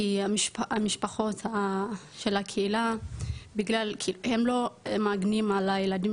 כי המשפחות של הקהילה הם לא מגנים על הילדים